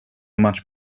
much